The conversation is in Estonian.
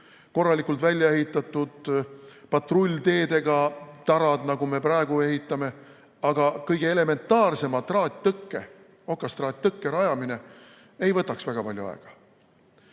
korralikult väljaehitatud patrullteedega tarad, nagu me praegu ehitame, aga kõige elementaarsema traattõkke, okastraattõkke rajamine ei võtaks väga palju aega.